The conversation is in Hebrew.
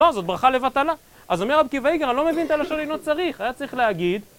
לא, זאת ברכה לבטלה, אז אומר רבי עקיבא אייגר אני לא מבין את הלשון אינו צריך, היה צריך להגיד